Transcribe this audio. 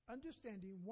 Understanding